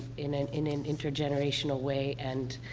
in an in an intergenerational way. and,